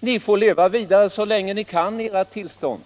ni får leva vidare så länge ni kan med ert tillstånd.